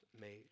made